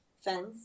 fence